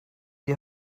die